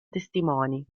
testimoni